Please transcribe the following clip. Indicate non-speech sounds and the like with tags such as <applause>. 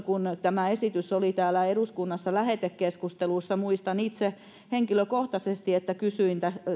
<unintelligible> kun tämä esitys oli täällä eduskunnassa lähetekeskustelussa itse henkilökohtaisesti kysyin